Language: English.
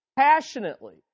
Passionately